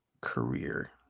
Career